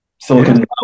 silicon